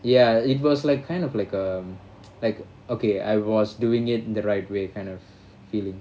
ya it was like kind of like um like okay I was doing it the right way kind of feeling